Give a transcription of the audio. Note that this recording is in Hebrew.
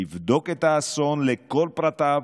לבדוק את האסון לכל פרטיו,